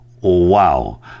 wow